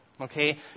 Okay